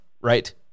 right